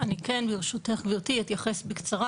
ברשותך, גברתי, אתייחס בקצרה.